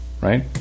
Right